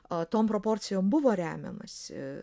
a tom proporcijom buvo remiamasi